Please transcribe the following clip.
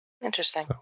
Interesting